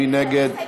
מי נגד?